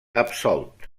absolt